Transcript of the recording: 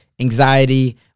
anxiety